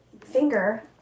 finger